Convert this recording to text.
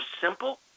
simple